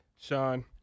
Sean